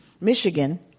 Michigan